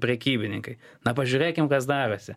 prekybininkai na pažiūrėkim kas darosi